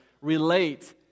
relate